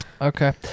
okay